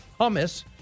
hummus